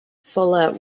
fuller